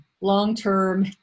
long-term